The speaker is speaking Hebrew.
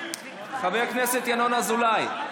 חבר הכנסת ינון אזולאי,